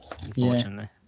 unfortunately